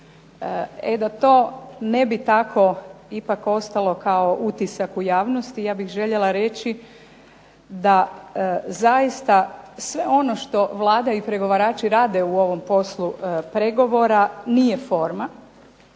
E da to ne bi tako ipak ostalo kao utisak u javnosti ja bih željela reći da zaista sve ono što Vlada i pregovarači rade u ovom poslu pregovora nije forma